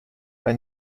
bei